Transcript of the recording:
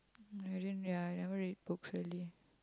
I didn't ya I never read books really